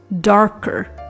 darker